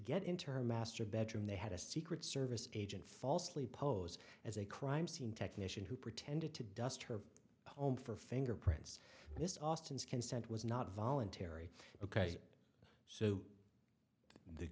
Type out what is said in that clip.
get in term aster bedroom they had a secret service agent falsely posed as a crime scene technician who pretended to dust her home for fingerprints this austin's consent was not voluntary ok so the